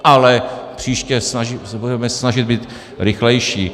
Ale příště se budeme snažit být rychlejší.